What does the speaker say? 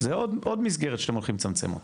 זה עוד מסגרת שאתם הולכים לצמצם אותה,